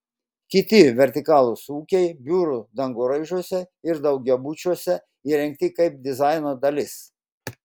kiti vertikalūs ūkiai biurų dangoraižiuose ir daugiabučiuose įrengti kaip dizaino dalis